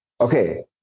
okay